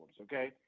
okay